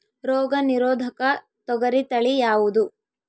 ರೋಗ ನಿರೋಧಕ ತೊಗರಿ ತಳಿ ಯಾವುದು?